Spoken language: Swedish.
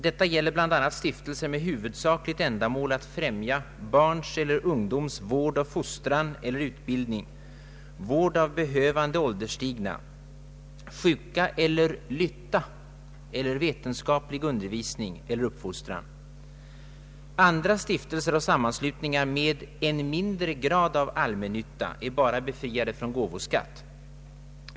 Detta gäller bl.a. stiftelser med huvudsakligt ändamål att främja barns eller ungdoms vård och fostran eller utbildning, vård av behövande ålderstigna, sjuka eller lytta eller vetenskaplig undervisning eller uppfostran. Andra stiftelser och sammanslutningar med ”en mindre grad av allmännytta” är bara befriade från gåvoskatt.